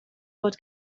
fod